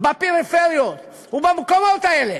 בפריפריות ובמקומות האלה.